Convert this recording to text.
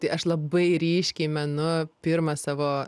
tai aš labai ryškiai menu pirmą savo